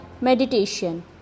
meditation